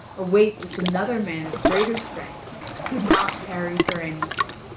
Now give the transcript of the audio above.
a weight which another man of greater strength could not carry for anything.